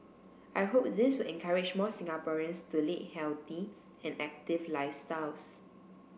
I hope this will encourage more Singaporeans to lead healthy and active lifestyles